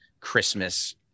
Christmas